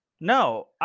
No